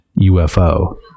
UFO